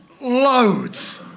Loads